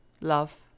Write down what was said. Love